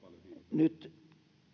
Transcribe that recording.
nyt